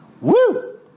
Woo